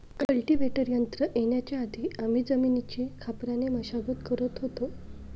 cultivator यंत्र येण्याच्या आधी आम्ही जमिनीची खापराने मशागत करत होतो